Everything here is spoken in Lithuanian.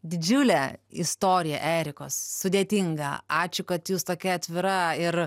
didžiulė istorija erikos sudėtinga ačiū kad jūs tokia atvira ir